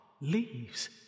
leaves